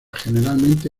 generalmente